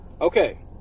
Okay